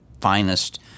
finest